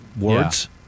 words